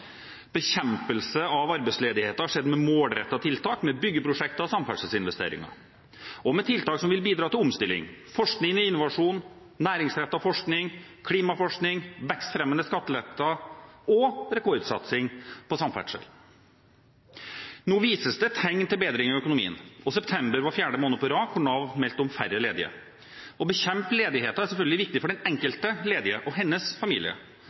Bekjempelse av arbeidsledigheten skjedde med målrettede tiltak, med byggeprosjekter og samferdselsinvesteringer og med tiltak som vil bidra til omstilling: forskning og innovasjon, næringsrettet forskning, klimaforskning, vekstfremmende skatteletter – og rekordsatsing på samferdsel. Nå vises det tegn til bedring i økonomien, og september var fjerde måned på rad hvor Nav meldte om færre ledige. Å bekjempe ledigheten er selvfølgelig viktig for den enkelte ledige og hennes familie,